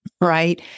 Right